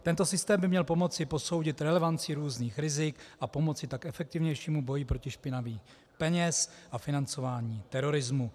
Tento systém by měl pomoci posoudit relevanci různých rizik a pomoci tak k efektivnějšímu boji proti praní špinavých peněz a financování terorismu.